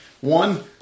One